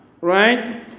right